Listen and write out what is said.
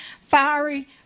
fiery